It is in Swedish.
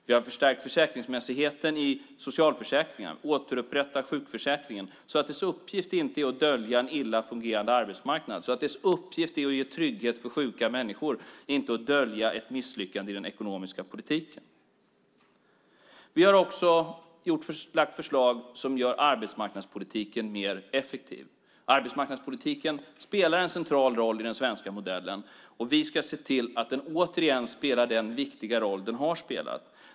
Vi har förstärkt försäkringsmässigheten i socialförsäkringarna, återupprättat sjukförsäkringen så att dess uppgift inte är att dölja en illa fungerande arbetsmarknad utan att ge trygghet för sjuka människor, inte att dölja ett misslyckande i den ekonomiska politiken. Vi har också lagt fram förslag som gör arbetsmarknadspolitiken mer effektiv. Arbetsmarknadspolitiken spelar en central roll i den svenska modellen, och vi ska se till att den återigen spelar den viktiga roll den har spelat.